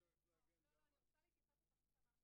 תתייחס לסעיפים אליהם אנו מתייחסים,